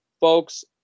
folks